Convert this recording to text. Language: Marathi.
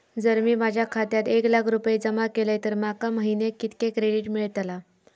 जर मी माझ्या खात्यात एक लाख रुपये जमा केलय तर माका महिन्याक कितक्या क्रेडिट मेलतला?